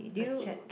must check